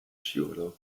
skiurlaub